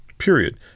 period